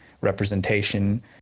representation